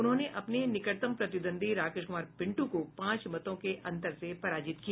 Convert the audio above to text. उन्होंने अपने निकटतम प्रतिद्वंद्वी राकेश कुमार पिंटू को पांच मतों के अंतर से पराजित किया